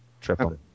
Triple